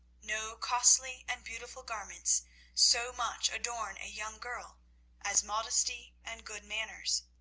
no costly and beautiful garments so much adorn a young girl as modesty and good manners.